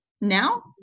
now